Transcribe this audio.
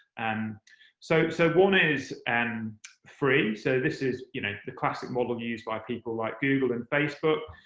and so so one is and free so this is you know the classic model used by people like google and facebook.